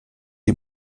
die